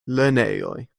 lernejoj